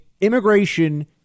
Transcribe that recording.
immigration